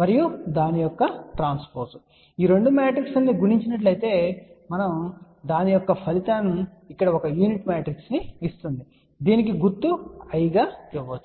మరియు దాని యొక్క ట్రాన్స్పోజ్ ఈ రెండు మ్యాట్రిక్స్ లను గుణించినట్లయితే దాని యొక్క ఫలితము ఇక్కడ ఒక యూనిట్ మ్యాట్రిక్స్ ను ఇస్తుంది దీనికి గుర్తు I గా ఇవ్వబడుతుంది